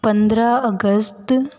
पंद्रह अगस्त